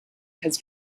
has